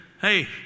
hey